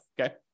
okay